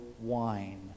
wine